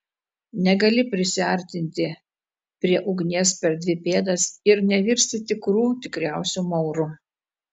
negali prisiartinti prie ugnies per dvi pėdas ir nevirsti tikrų tikriausiu mauru